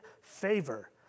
favor